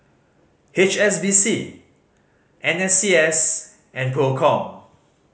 H S B C N S C S and Procom